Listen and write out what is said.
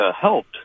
helped